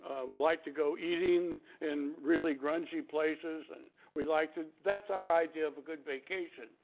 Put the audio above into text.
would like to go eating in really grungy places and we like to, that's our idea of a good vacation.